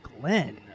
Glenn